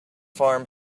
farm